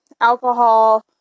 alcohol